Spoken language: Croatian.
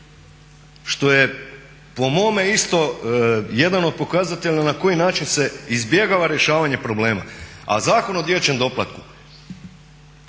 Što je po mome isto jedan od pokazatelja na koji način se izbjegava rješavanje problema. A Zakon o dječjem doplatku